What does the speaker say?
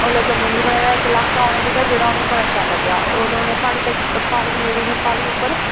ओल्लै जम्मू नेईं हा बने दा इक लाका उ'नें दिक्खेआ जेह्ड़ा उ'नेंगी बड़ा शैल लग्गेआ ओह् उ'नें प्हाड़ी लग्गी प्हाड़ी जेह्ड़ी ही प्हाड़ी उप्पर